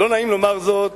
לא נעים לומר זאת,